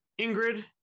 Ingrid